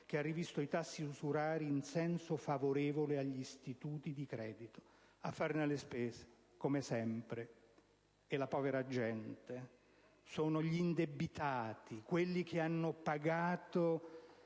che ha rivisto i tassi usurari in senso favorevole agli istituti di credito». A farne le spese - come sempre - è la povera gente: sono gli indebitati, quelli che hanno pagato